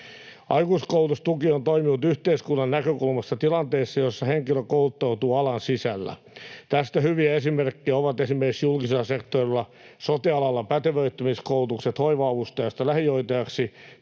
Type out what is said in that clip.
Aikuiskoulutustuki on toiminut yhteiskunnan näkökulmasta tilanteessa, jossa henkilö kouluttautuu alan sisällä. Tästä hyviä esimerkkejä ovat esimerkiksi julkisella sektorilla sote-alalla pätevöitymiskoulutukset hoiva-avustajasta lähihoitajaksi